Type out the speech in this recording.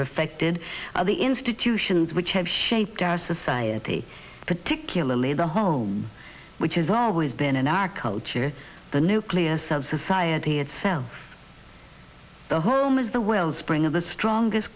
perfected by the institutions which have shaped our society particularly the home which is always been in our culture the nucleus of society itself the home is the wellspring of the strongest